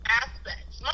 aspects